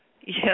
Yes